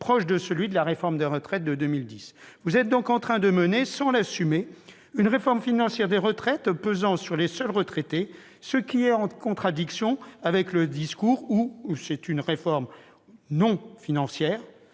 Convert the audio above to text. proche de celui de la réforme des retraites de 2010. Vous êtes donc en train de mener, sans l'assumer, une réforme financière des retraites pesant sur les seuls retraités, ce qui est en contradiction avec votre discours selon lequel il s'agirait d'une réforme non financière,